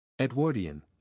Edwardian